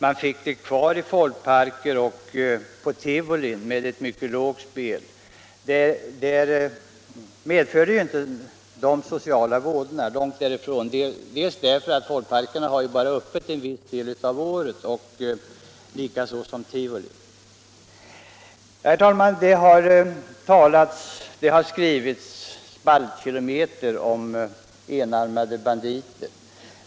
Automater fanns kvar i folkparker och på tivolin med mycket låga insatser, men det medförde inte så stora sociala vådor, bl.a. därför att folkparker och tivolin bara har öppet en viss del av året. Herr talman! Det har skrivits spaltkilometer om enarmade banditer.